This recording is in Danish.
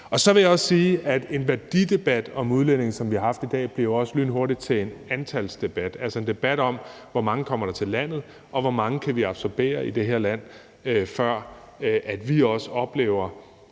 Så vil jeg også sige, at en værdidebat om udlændinge, som vi har haft i dag, lynhurtigt også bliver til en antalsdebat, altså en debat om, hvor mange der kommer til landet, og hvor mange vi kan absorbere i det her land, før vi også oplever